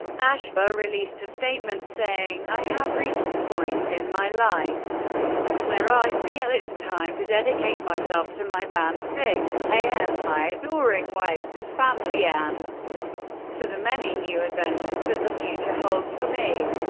ashba released a statement saying i have reached a point in my life where i feel it's time to dedicate myself to my band sixx a m. my adoring wife and family, and to the many new adventures that the future holds for me.